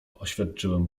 oświadczyłem